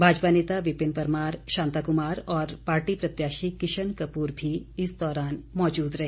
भाजपा नेता विपिन परमार शांता कुमार और पार्टी प्रत्याशी किशन कपूर भी इस दौरान मौजूद रहे